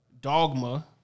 Dogma